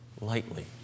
lightly